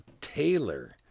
Taylor